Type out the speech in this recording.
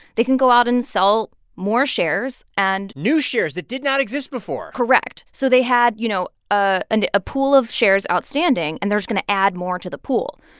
they can go out and sell more shares and. new shares that did not exist before correct. so they had, you know, a and ah pool of shares outstanding. and they're just going to add more to the pool,